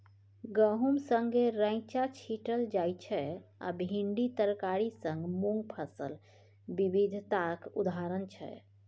गहुम संगै रैंचा छीटल जाइ छै आ भिंडी तरकारी संग मुँग फसल बिबिधताक उदाहरण छै